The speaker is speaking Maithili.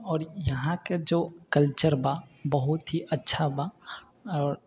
आओर यहाँके जे कल्चर बा बहुत ही अच्छा बा आओर